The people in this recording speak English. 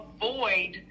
avoid